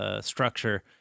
structure